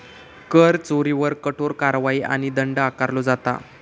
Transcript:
कर चोरीवर कठोर कारवाई आणि दंड आकारलो जाता